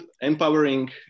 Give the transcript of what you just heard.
empowering